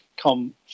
come